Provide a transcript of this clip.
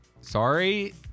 Sorry